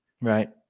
Right